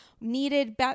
needed